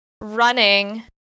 running